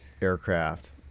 aircraft